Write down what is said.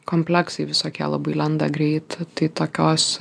kompleksai visokie labai lenda greit tai tokios